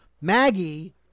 Maggie